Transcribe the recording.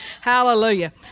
Hallelujah